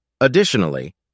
Additionally